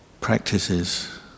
practices